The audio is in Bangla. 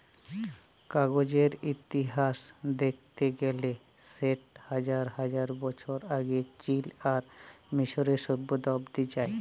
কাগজের ইতিহাস দ্যাখতে গ্যালে সেট হাজার হাজার বছর আগে চীল আর মিশরীয় সভ্যতা অব্দি যায়